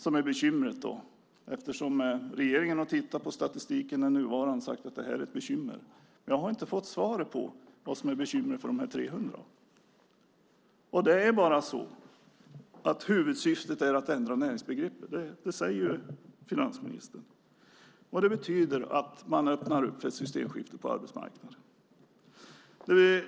Regeringen har ju tittat på den nuvarande statistiken och sagt att det är ett bekymmer. Jag har fortfarande inte fått svaret på vad som är bekymret med de 300. Det är bara så att huvudsyftet är att ändra näringsbegreppet. Det säger ju finansministern. Det betyder att man öppnar för ett systemskifte på arbetsmarknaden.